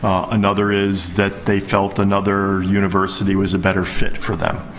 another is that they felt another university was a better fit for them.